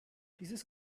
dieses